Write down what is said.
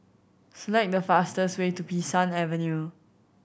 select the fastest way to Bee San Avenue